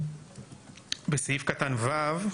בסעיף קטן (ו),